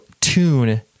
tune